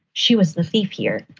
she was the thief here.